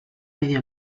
medio